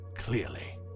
Clearly